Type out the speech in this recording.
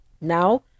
Now